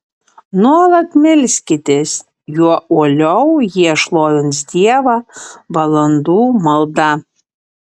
nuolat melskitės juo uoliau jie šlovins dievą valandų malda